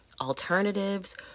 alternatives